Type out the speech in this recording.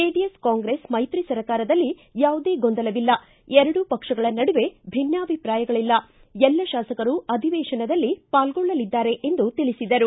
JDS Congress ಮೈತ್ರಿ ಸರ್ಕಾರದಲ್ಲಿ ಯಾವುದೇ ಗೊಂದಲವಿಲ್ಲ ಎರಡೂ ಪಕ್ಷಗಳ ನಡುವೆ ಭಿನ್ನಾಭಿಪ್ರಾಯಗಳಲ್ಲ ಎಲ್ಲ ಶಾಸಕರು ಅಧಿವೇಶನದಲ್ಲಿ ಪಾಲ್ಗೊಳ್ಳಲಿದ್ದಾರೆ ಎಂದು ತಿಳಿಸಿದರು